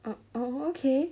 oh okay